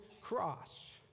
cross